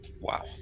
Wow